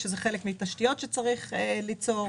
שזה חלק מתשתיות שצריך ליצור.